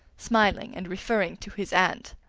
smiling and referring to his aunt.